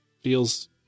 feels